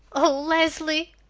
o leslie!